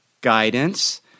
guidance